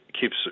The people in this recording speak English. keeps